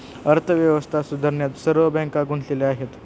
अर्थव्यवस्था सुधारण्यात सर्व बँका गुंतलेल्या आहेत